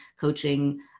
coaching